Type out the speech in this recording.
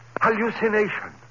Hallucination